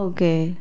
Okay